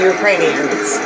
Ukrainians